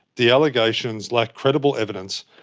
the allegations lack credible evidence,